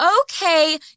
okay